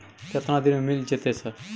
केतना दिन में मिल जयते सर?